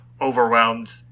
overwhelmed